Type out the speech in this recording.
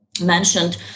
mentioned